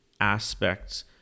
aspects